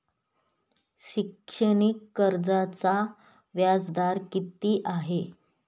शैक्षणिक कर्जाचा व्याजदर किती आहे?